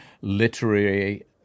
literary